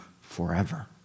forever